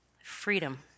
freedom